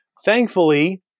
Thankfully